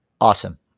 Awesome